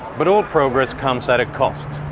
but all progress comes at a cost.